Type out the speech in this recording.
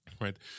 right